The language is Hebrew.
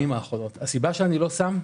הסיבה שאני לא שם,